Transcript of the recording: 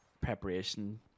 preparation